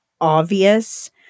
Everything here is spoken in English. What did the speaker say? obvious